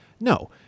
No